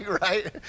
right